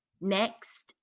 Next